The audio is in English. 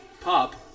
pub